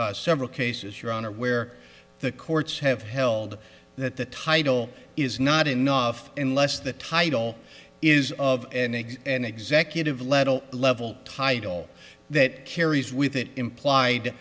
several cases your honor where the courts have held that the title is not enough unless the title is of an executive level level title that carries with it implied